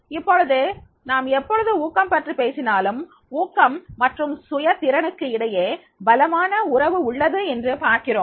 இப்பொழுது நாம் எப்பொழுது ஊக்கம் பற்றி பேசினாலும் ஊக்கம் மற்றும் சுய திறனுக்கு இடையே பலமான உறவு உள்ளது என்று பார்க்கிறோம்